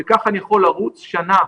כך אני יכול לרוץ שנה.